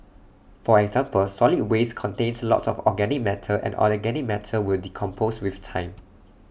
for example solid waste contains lots of organic matter and organic matter will decompose with time